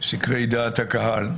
סקרי דעת הקהל.